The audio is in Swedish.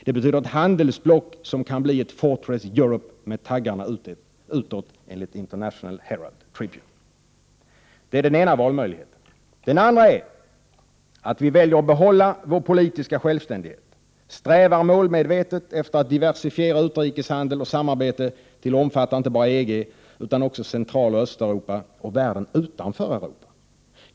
Det betyder ett handelsblock som kan bli ett ”Fortress Europe” med taggarna utåt enligt International Herald Tribune. Det är den ena valmöjligheten. Den andra är att vi behåller vår politiska självständighet, strävar målmedvetet efter att diversifiera utrikeshandel och samarbete till att omfatta inte bara EG utan också Centraloch Östeuropa och världen utanför Europa.